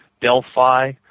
Delphi